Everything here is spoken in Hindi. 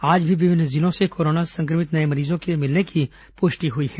आज भी विभिन्न जिलों से कोरोना संक्रमित नये मरीजों के मिलने की पुष्टि हुई है